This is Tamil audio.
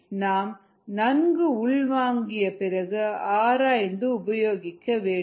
இதை நாம் நன்கு உள் வாங்கி பிறகு ஆராய்ந்து உபயோகிக்க வேண்டும்